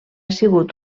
sigut